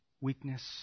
weakness